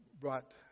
brought